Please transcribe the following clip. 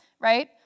Right